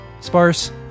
sparse